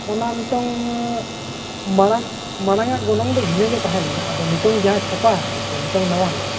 ᱚᱱᱟ ᱱᱤᱛᱚᱜ ᱢᱟᱲᱟᱝ ᱢᱟᱲᱟᱝ ᱟᱜ ᱜᱚᱱᱚᱝ ᱫᱚ ᱵᱷᱤᱱᱟᱹᱜᱮ ᱛᱟᱦᱮᱸ ᱞᱮᱱᱟ ᱟᱫᱚ ᱱᱤᱛᱚᱝ ᱡᱟᱦᱟᱸ ᱪᱷᱟᱯᱟ ᱟᱠᱟᱱᱟ ᱪᱮ ᱱᱤᱛᱚᱝ ᱱᱟᱣᱟᱱᱟᱜ